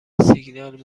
سیگنال